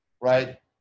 right